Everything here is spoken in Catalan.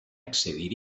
accedir